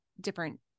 different